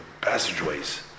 passageways